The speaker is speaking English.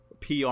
PR